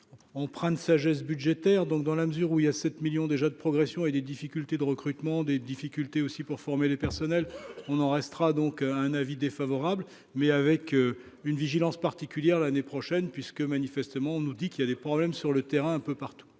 empreint de sagesse budgétaire donc dans la mesure où il y a 7 millions déjà de progression et des difficultés de recrutement des difficultés aussi pour former les personnels, on en restera donc un avis défavorable, mais avec une vigilance particulière, l'année prochaine, puisque manifestement nous dit qu'il y a des problèmes sur le terrain un peu partout,